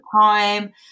time